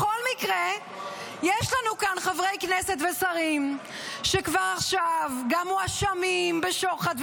יש שלנו כאן חברי כנסת ושרים שכבר עכשיו מואשמים בשוחד,